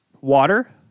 water